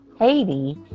Haiti